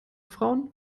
frauen